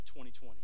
2020